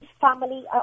family